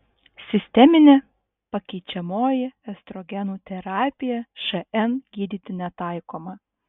sisteminė pakeičiamoji estrogenų terapija šn gydyti netaikoma